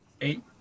eight